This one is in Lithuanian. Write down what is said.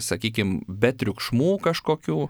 sakykim be triukšmų kažkokių